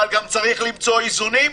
אבל צריך גם למצוא איזונים,